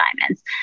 diamonds